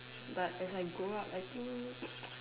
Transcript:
but as I grow up I think